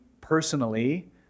personally